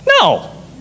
No